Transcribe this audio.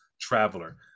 traveler